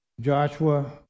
Joshua